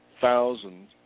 thousand